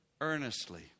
earnestly